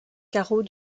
carreaux